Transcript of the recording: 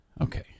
Okay